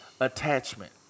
attachment